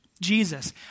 Jesus